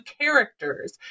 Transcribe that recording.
characters